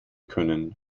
können